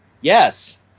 yes